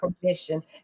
permission